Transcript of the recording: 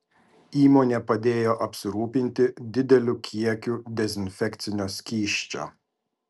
įmonė padėjo apsirūpinti dideliu kiekiu dezinfekcinio skysčio